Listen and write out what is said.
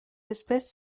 espèce